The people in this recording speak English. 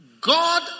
God